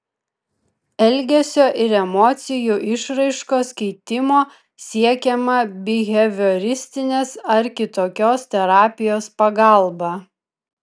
elgesio ir emocijų išraiškos keitimo siekiama bihevioristinės ar kitokios terapijos pagalba